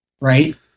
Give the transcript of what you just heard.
right